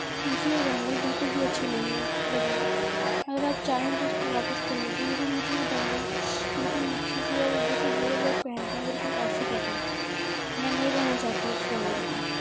مجھے یہ بینگل بالکل بھی اچھی نہیں ہے لگی اگر آپ چاہیں تو اس کو واپس کر لیجیے لیکن مجھے یہ بینگل بالکل نچھی سی ہے اور جیسے بوڑھے لوگ پہنتے ہیں بالکل ایسی لگی میں نہیں لینا چاہتی اس بینگل کو